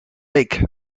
week